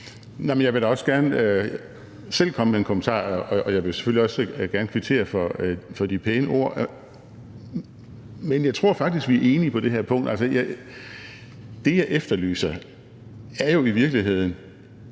Jeg vil da også gerne selv komme med en kommentar, og jeg vil selvfølgelig også gerne kvittere for de pæne ord. Men jeg tror faktisk, vi er enige på det her punkt. Det, jeg efterlyser, er jo i virkeligheden